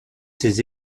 ses